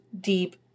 deep